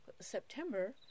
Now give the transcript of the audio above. September